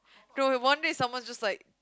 one day someone just like